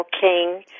King